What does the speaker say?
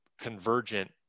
convergent